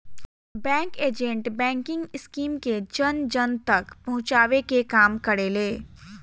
bank agent banking scheme के जन जन तक पहुंचावे के काम करेले